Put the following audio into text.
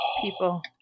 People